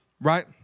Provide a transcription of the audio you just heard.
Right